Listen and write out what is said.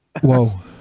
Whoa